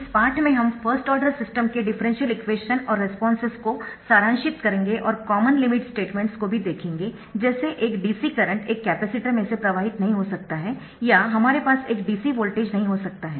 इस पाठ में हम फर्स्ट ऑर्डर सिस्टम के डिफरेंशियल इक्वेशन और रेस्पॉन्सेस को सारांशित करेंगे और कॉमन लिमिट स्टेटमेंट्स को भी देखेंगे जैसे एक DC करंट एक कैपेसिटर में से प्रवाहित नहीं हो सकता है या हमारे पास एक DC वोल्टेज नहीं हो सकता है